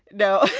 no